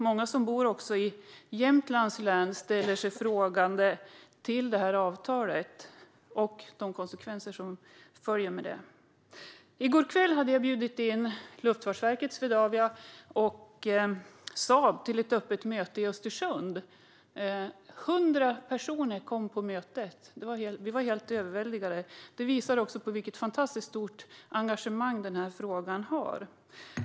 Många som bor i Jämtlands län ställer sig frågande till detta avtal och de konsekvenser som följer med det. I går kväll hade jag bjudit in Luftfartsverket, Swedavia och Saab till ett öppet möte i Östersund. 100 personer kom till mötet. Vi var helt överväldigade. Det visar vilket fantastiskt stort engagemang som finns i denna fråga.